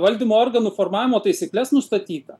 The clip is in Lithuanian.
valdymo organų formavimo taisykles nustatyta